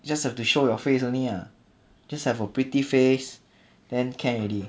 you just have to show your face only ah just have a pretty face then can already